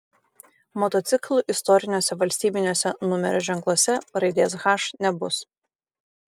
motociklų istoriniuose valstybiniuose numerio ženkluose raidės h nebus